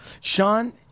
Sean